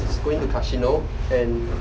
is going to casino and